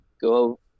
go